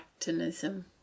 actinism